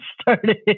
started